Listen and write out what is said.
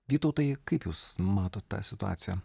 vytautai kaip jūs matot tą situaciją